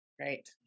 Right